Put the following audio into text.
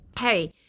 hey